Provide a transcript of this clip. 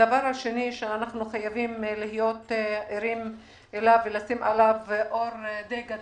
הדבר השני שאנחנו חייבים להיות ערים אליו ולשים עליו אור גדול,